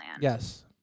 Yes